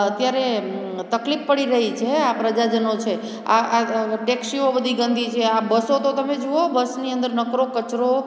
અત્યારે તકલીફ પડી રહી છે આ પ્રજાજનો છે આ આ ટેક્સીઓ બધી ગંદી છે આ બસો તો તમે જુઓ બસની અંદર નકરો કચરો